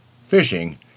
fishing